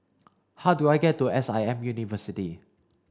how do I get to S I M University